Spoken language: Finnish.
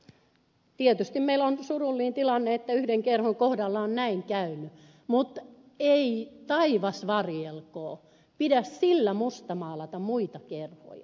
no tietysti meillä on surullinen tilanne että yhden kerhon kohdalla on näin käynyt mutta ei taivas varjelkoon pidä sillä mustamaalata muita kerhoja